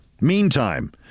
Meantime